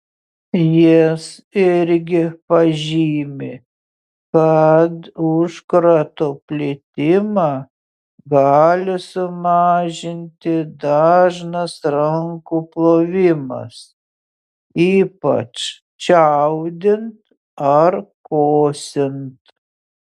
jis irgi pažymi kad užkrato plitimą gali sumažinti dažnas rankų plovimas ypač čiaudint ar kosint